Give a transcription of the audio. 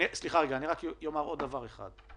סליחה רגע, אני רק אומר עוד דבר אחד.